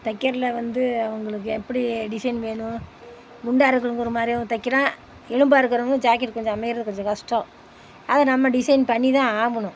தைக்கிறதுல வந்து அவங்களுக்கு எப்படி டிஷைன் வேணும் குண்டாக இருக்கிறவங்க ஒரு மாதிரியாவும் தைக்கலாம் எலும்பாக இருக்கிறவங்க ஜாக்கெட்டு கொஞ்சம் அமைகிறது கொஞ்சம் கஷ்டம் அது நம்ம டிசைன் பண்ணி தான் ஆகணும்